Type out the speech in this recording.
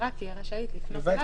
שהחברה תהיה רשאית לפנות אליו,